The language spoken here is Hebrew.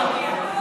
לא.